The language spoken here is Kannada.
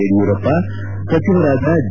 ಯಡಿಯೂರಪ್ಪ ಸಚಿವರಾದ ಡಿ